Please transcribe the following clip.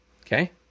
Okay